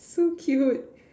so cute